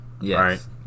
Yes